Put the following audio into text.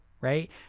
Right